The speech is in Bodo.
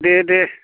दे दे